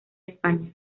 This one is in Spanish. españa